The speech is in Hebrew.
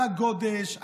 על הגודש,